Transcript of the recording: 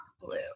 blue